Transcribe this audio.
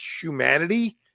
humanity